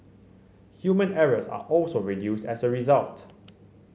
human errors are also reduced as a result